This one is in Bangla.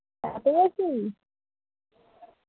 এত বেশি